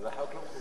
אז החוק לא,